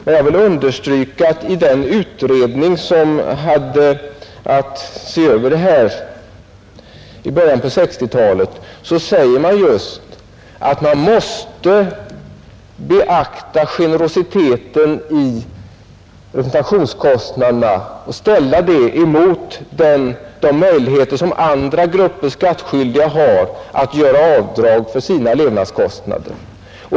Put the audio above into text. Men jag vill slå fast att man i den utredning som hade att se över detta i början av 1960-talet säger att man måste beakta generositeten i representationskostnaderna och ställa den emot de möjligheter som andra grupper skattskyldiga har att göra avdrag för sina levnadskostnader.